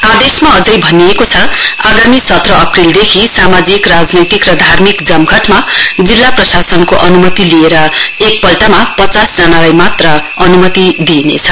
आदेशमा अझै मानिएको छ आगामी सत्र अप्रेलदेखि सामाजिक राजनैतिक र धार्मिक जमघटमा जिल्ला प्रशासनको अनुमति लिएर एकपल्टमा पचासजना मात्र भेला हुन सकिनेछ